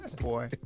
boy